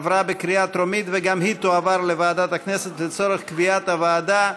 להעביר את הצעת חוק לשכת עורכי הדין (תיקון,